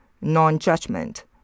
non-judgment